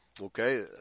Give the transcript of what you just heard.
Okay